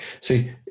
See